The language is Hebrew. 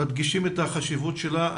מדגישים את החשיבות שלה.